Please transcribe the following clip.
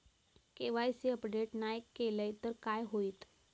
KYC update नाय केलय तर काय होईत?